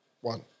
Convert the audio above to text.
One